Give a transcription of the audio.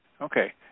okay